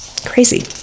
Crazy